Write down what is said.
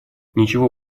ничего